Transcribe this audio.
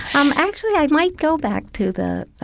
um, actually, i might go back to the